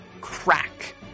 crack